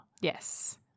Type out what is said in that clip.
Yes